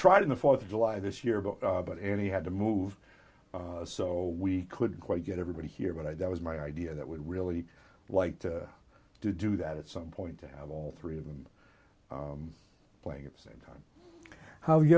tried in the fourth of july this year but annie had to move so we couldn't quite get everybody here but i was my idea that would really like to do that at some point to have all three of them playing at the same time how you